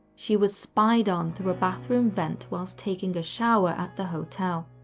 she was spied on through a bathroom vent whilst taking a shower at the hotel.